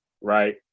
Right